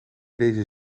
deze